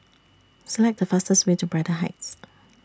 Select The fastest Way to Braddell Heights